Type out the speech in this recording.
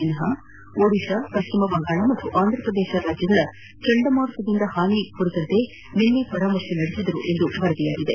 ಸಿನ್ಲಾ ಒಡಿಶಾ ಪಶ್ಚಿಮ ಬಂಗಾಳ ಮತ್ತು ಆಂಧ್ರ ಪ್ರದೇಶದ ಚಂಡಮಾರುತದಿಂದ ಹಾನಿ ಕುರಿತೆಂತೆ ನಿನ್ನೆ ಪರಾಮರ್ಶಿಸಿದರು ಎಂದು ವರದಿಯಾಗಿದೆ